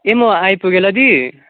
ए म आइपुगेँ ल दी